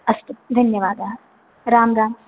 अस्तु धन्यवादाः राम् राम्